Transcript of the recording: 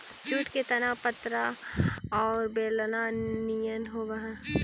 jute के तना पतरा औउर बेलना निअन होवऽ हई